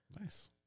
nice